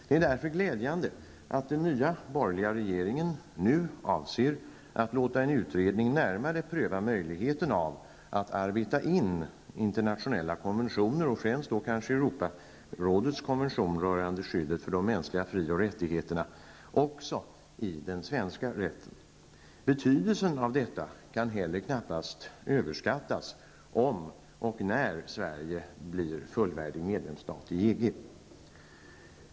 Det är därför glädjande att den nya borgerliga regeringen nu avser att låta en utredning närmare pröva möjligheten av att arbeta in internationella konventioner, främst då kanske Europarådets konvention rörande skyddet för de mänskliga frioch rättigheterna, också i den svenska rätten. Betydelsen av detta kan heller knappast överskattas om och när Sverige blir fullvärdig medlemsstat i EG.